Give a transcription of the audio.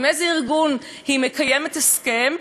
עם איזה ארגון היא מקיימת הסכם,